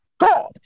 God